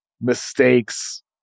mistakes